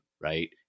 right